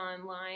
online